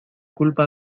culpa